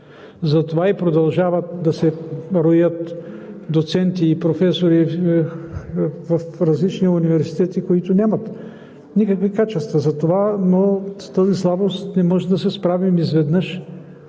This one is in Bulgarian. Затова и продължават да се роят доценти и професори в различни университети, които нямат никакви качества за това, но с тази слабост не можем да се справим изведнъж.